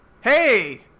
hey